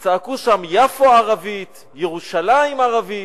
וצעקו שם: יפו הערבית, ירושלים הערבית.